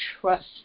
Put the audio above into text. trust